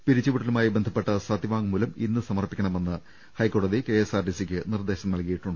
പിരിച്ചുവിടലുമായി ബന്ധപ്പെട്ട സത്യവാങ്മൂലം ഇന്ന് സമർപ്പിക്കണ മെന്ന് ഹൈക്കോടതി കെഎസ്ആർടിസിക്ക് നിർദ്ദേശം നൽകിയിരു ന്നു